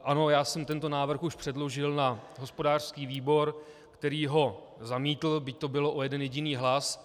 Ano, já jsem tento návrh už předložil na hospodářský výbor, který ho zamítl, byť to bylo o jeden jediný hlas.